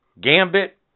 Gambit